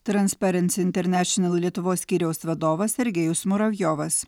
transparency international lietuvos skyriaus vadovas sergejus muravjovas